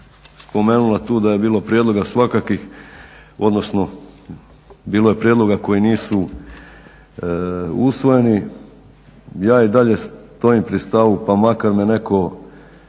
spomenula tu da je bilo prijedloga svakakvih, odnosno bilo je prijedloga koji nisu usvojeni. Ja i dalje stojim pri stavu pa makar me netko